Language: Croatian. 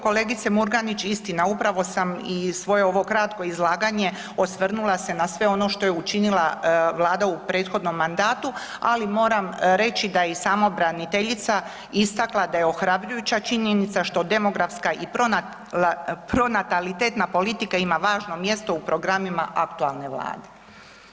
Kolegice Murganić, istina upravo sam i svoje ovo kratko izlaganje osvrnula se na sve ono što je učinila vlada u prethodnom mandatu, ali moram reći da je i sama pravobraniteljica istakla da je ohrabrujuća činjenica što demografska i pronatalitetna politika ima važno mjesto u programima aktualne vlade.